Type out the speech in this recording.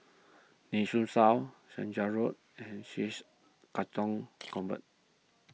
Nee Soon South Chander Road and Chij Katong Convent